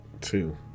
Two